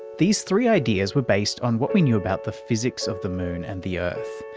these three ideas were based on what we knew about the physics of the moon and the earth,